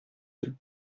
deux